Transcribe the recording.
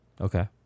Okay